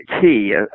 key